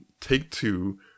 Take-Two